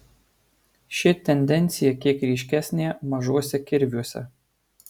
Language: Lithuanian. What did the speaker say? ši tendencija kiek ryškesnė mažuose kirviuose